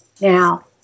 Now